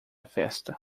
festa